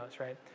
right